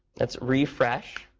let's refresh.